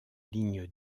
ligne